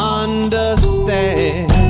understand